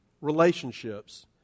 relationships